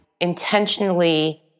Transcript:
intentionally